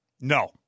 No